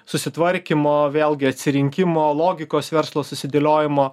susitvarkymo vėlgi atsirinkimo logikos verslo susidėliojimo